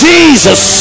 Jesus